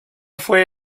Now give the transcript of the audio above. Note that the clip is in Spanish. fue